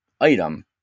item